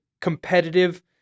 competitive